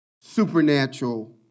supernatural